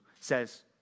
says